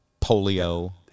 polio